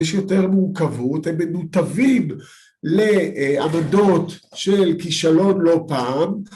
יש יותר מורכבות, הם מנותבים לעמדות של כישלון לא פעם